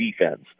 defense